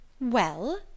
Well